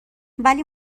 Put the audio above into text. ولی